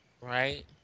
Right